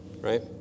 right